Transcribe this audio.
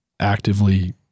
actively